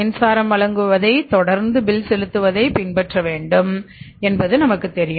மின்சாரம் வழங்குவதைத் தொடர்ந்து பில் செலுத்துவதை பின்பற்ற வேண்டும் என்பது நமக்கு தெரியும்